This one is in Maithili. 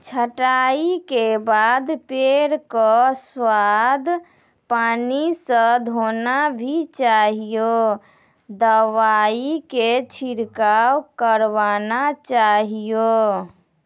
छंटाई के बाद पेड़ क स्वच्छ पानी स धोना भी चाहियो, दवाई के छिड़काव करवाना चाहियो